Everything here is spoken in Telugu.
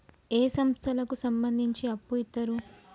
ఏ సంస్థలకు సంబంధించి అప్పు ఇత్తరు?